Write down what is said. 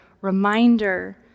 reminder